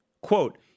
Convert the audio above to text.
quote